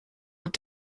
hat